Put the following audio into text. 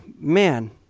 man